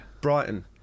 Brighton